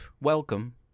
welcome